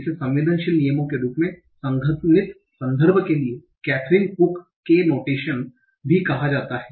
इसे संवेदनशील नियमों के रूप में संघनित संदर्भ के लिए कैथरीन कुक k नोटेशन भी कहा जाता है